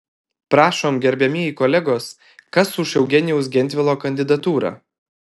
prašom gerbiamieji kolegos kas už eugenijaus gentvilo kandidatūrą